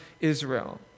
Israel